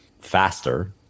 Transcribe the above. faster